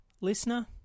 listener